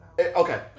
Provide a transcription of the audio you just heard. okay